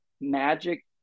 magic